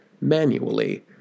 manually